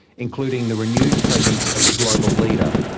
including the renewed presence of the global leader,